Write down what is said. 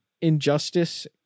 injustice